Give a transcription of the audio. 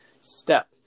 step